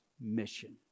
mission